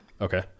okay